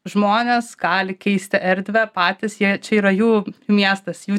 žmonės gali keisti erdvę patys jie čia yra jų miestas jų